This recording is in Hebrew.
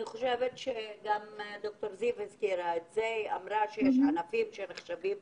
ד"ר זיו אמרה שיש ענפים שנחשבים